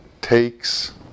takes